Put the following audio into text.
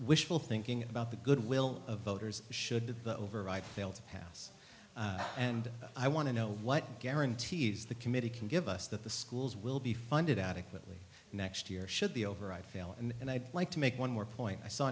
wishful thinking about the good will of voters should the overripe fail to pass and i want to know what guarantees the committee can give us that the schools will be funded adequately next year should be over i feel and i'd like to make one more point i saw